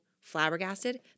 flabbergasted